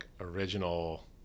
original